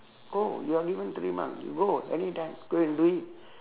go you are given three month go anytime go and do it